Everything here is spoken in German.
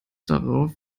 darauf